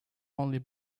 only